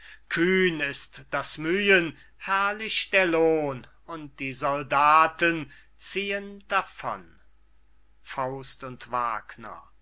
kühn ist das mühen herrlich der lohn und die soldaten ziehen davon faust und wagner